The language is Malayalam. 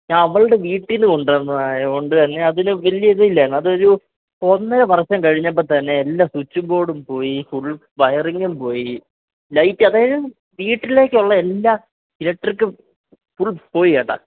അവളുടെ വീട്ടിൽ നിന്ന് കൊണ്ടുവന്നത് ആയത് കൊണ്ട് തന്നെ അതിനു വലിയ ഇത് ഇല്ലായിരുന്നു അത് ഒരു ഒന്നര വർഷം കഴിഞ്ഞപ്പോൾ തന്നെ എല്ലാ സ്വിച്ച് ബോർഡും പോയി ഫുൾ വയറിങ്ങും പോയി ലൈറ്റ് അതായത് വീട്ടിലേക്കുള്ള എല്ലാ ഇലട്രിക്കും എല്ലാം ഫുൾ പോയി ഏട്ടാ